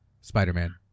Spider-Man